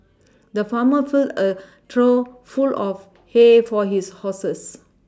the farmer filled a trough full of hay for his horses